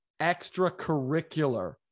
extracurricular